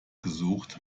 gesucht